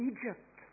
Egypt